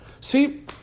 See